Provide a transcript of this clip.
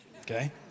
Okay